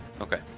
okay